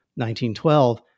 1912